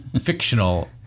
fictional